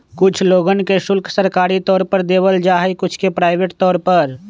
कुछ लोगन के शुल्क सरकारी तौर पर देवल जा हई कुछ के प्राइवेट तौर पर